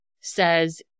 says